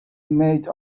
made